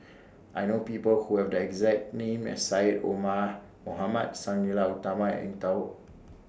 I know People Who Have The exact name as Syed Omar Mohamed Sang Nila Utama and Eng Tow